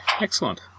excellent